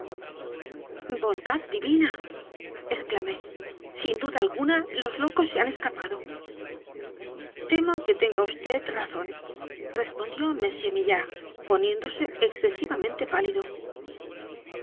bondad divina exclamé sin duda alguna los locos se han escapado temo que tenga vd razón respondió m maillard poniéndose excesivamente pálido